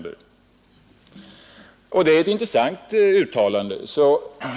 Det är ett intressant uttalande.